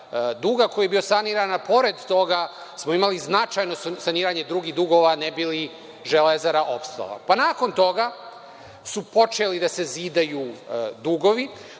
duga koji je bio saniran, a pored toga smo imali značajno saniranje drugih dugova ne bi li „Železara“ opstala. Nakon toga su počeli da se zidaju dugovi,